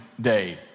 day